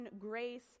grace